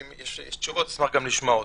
ואם יש תשובות אשמח גם לשמוע אותן.